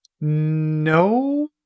no